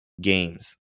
games